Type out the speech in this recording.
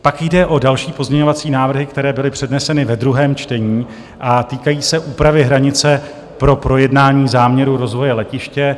Pak jde o další pozměňovací návrhy, které byly předneseny ve druhém čtení, a týkají se úpravy hranice pro projednání záměru rozvoje letiště.